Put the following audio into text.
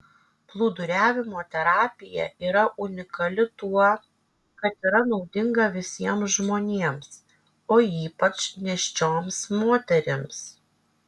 plūduriavimo terapija yra unikali tuo kad yra naudinga visiems žmonėms o ypač nėščioms moterims